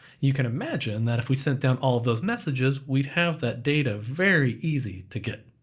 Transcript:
you can imagine that if we sent down all of those messages, we'd have that data very easy to get.